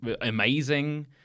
amazing